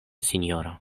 sinjoro